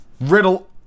Riddle